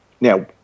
Now